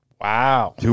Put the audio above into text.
Wow